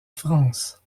france